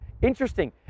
Interesting